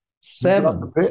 Seven